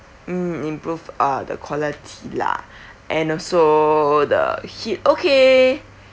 mm improve uh the quality lah and also the heat okay